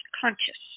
conscious